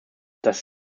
das